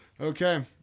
okay